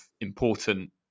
important